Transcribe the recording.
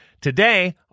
Today